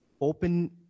open